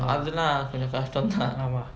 அதுலா கொஞ்ச கஷ்டந்தா:athulaa konja kastanthaa